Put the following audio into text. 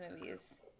movies